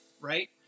Right